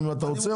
אם אתה רוצה,